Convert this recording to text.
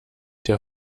der